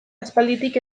aspalditik